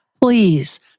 please